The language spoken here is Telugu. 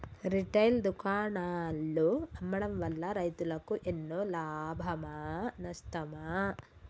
రిటైల్ దుకాణాల్లో అమ్మడం వల్ల రైతులకు ఎన్నో లాభమా నష్టమా?